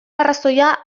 arrazoia